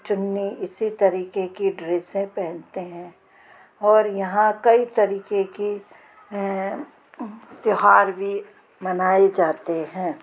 चुन्नी इसी तरीके की ड्रेसें पहनते हैं और यहाँ कई तरीके के त्योहार भी मनाए जाते हैं